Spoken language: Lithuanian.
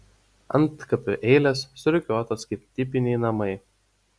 antkapių eilės surikiuotos kaip tipiniai namai